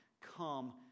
Come